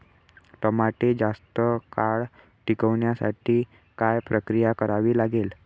टमाटे जास्त काळ टिकवण्यासाठी काय प्रक्रिया करावी लागेल?